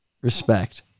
respect